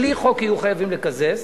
בלי חוק, יהיו חייבים לקזז.